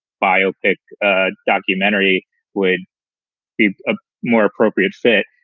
firepit ah documentary would be a more appropriate fit.